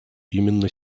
именно